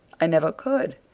i never could.